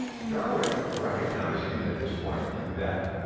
darwin, recognizing at this point and that,